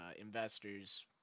investors